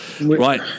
right